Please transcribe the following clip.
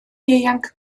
ieuanc